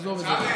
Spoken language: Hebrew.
אבל עזוב את זה.